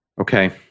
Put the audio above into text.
Okay